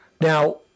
now